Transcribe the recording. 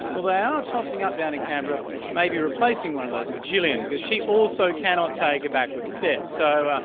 well they are tossing up down in canberra maybe replacing one of those with gillian because she also cannot take a backward step. so,